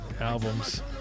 albums